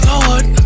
Lord